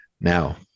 now